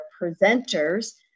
presenters